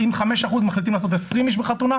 אם 5% מחליטים לעשות 20 איש בחתונה,